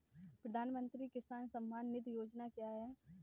प्रधानमंत्री किसान सम्मान निधि योजना क्या है?